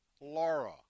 Laura